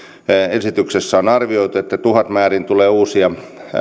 esityksessä on arvioitu että tuhatmäärin tulee uusia